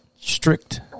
strict